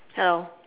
hello